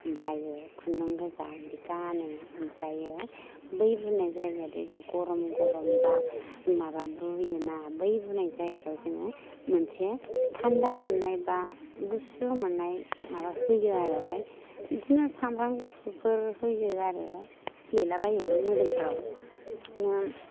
ओमफ्राय खुन्दुं गोजा बिदि गानो ओमफ्राय बै बुनाय जायगायादि जा गरम गरम बा माबा बुयो ना बै बुनाय जायगायाव जोङो मोनसे थान्दा मोननाय बा गुसु मोननाय माबा होयो आरो ओमफ्राय बिदिनो सामब्राम गुफुरफोर होयो आरो फुफ्लेलाबायो मोदोमफ्राव नोम